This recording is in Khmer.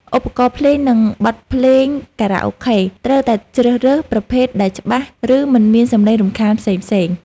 ឧបករណ៍ភ្លេង និង បទភ្លេងខារ៉ាអូខេត្រូវតែជ្រើសរើសប្រភេទដែលច្បាស់ ឬ មិនមានសម្លេងរំខានផ្សេងៗ។